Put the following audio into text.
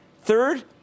Third